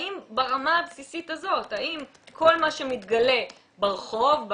ברמה הבסיסית הזאת, האם כל מה שמתגלה ברחוב,